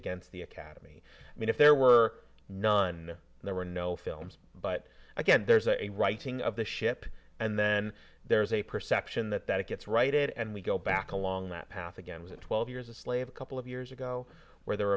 against the academy i mean if there were none there were no films but again there's a writing of the ship and then there's a perception that that it gets righted and we go back along that path again as a twelve years a slave a couple of years ago where there